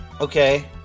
okay